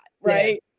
right